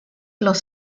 los